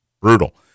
Brutal